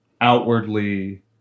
outwardly